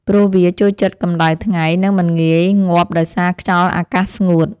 ព្រោះវាចូលចិត្តកម្ដៅថ្ងៃ និងមិនងាយងាប់ដោយសារខ្យល់អាកាសស្ងួត។